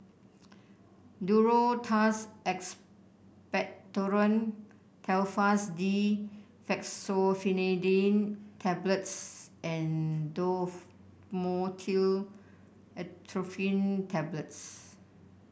Duro Tuss Expectorant Telfast D Fexofenadine Tablets and Dhamotil Atropine Tablets